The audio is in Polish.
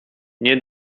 nie